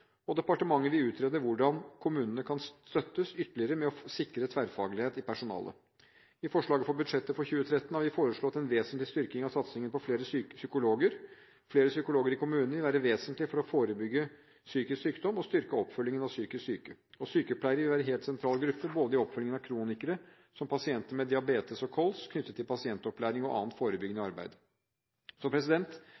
og departementet vil utrede hvordan kommunene kan støttes ytterligere med å sikre tverrfaglighet i personalet. I forslaget til budsjett for 2013 har vi foreslått en vesentlig styrking av satsingen på flere psykologer. Flere psykologer i kommunene vil være vesentlig for å forebygge psykisk sykdom og styrke oppfølgingen av psykisk syke. Sykepleiere vil være en helt sentral gruppe, både i oppfølgingen av kronikere, som pasienter med diabetes og KOLS, knyttet til pasientopplæring og annet forebyggende